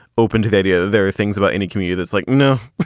open to the idea. there are things about any community that's like, no,